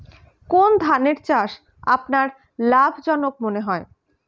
কোন ধানের চাষ আপনার লাভজনক মনে হয়?